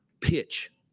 pitch